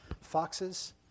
foxes